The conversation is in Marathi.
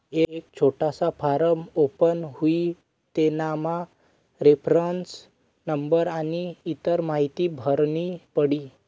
एक छोटासा फॉर्म ओपन हुई तेनामा रेफरन्स नंबर आनी इतर माहीती भरनी पडी